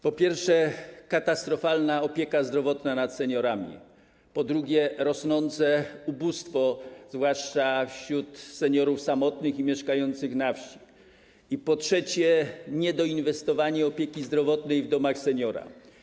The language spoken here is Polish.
Po pierwsze, katastrofalna opieka zdrowotna nad seniorami, po drugie, rosnące ubóstwo, zwłaszcza wśród seniorów samotnych i mieszkających na wsi, po trzecie, niedoinwestowanie opieki zdrowotnej w domach seniora.